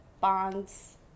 bonds